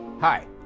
Hi